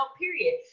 period